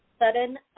Sudden